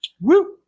Woo